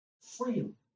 freedom